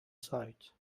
sight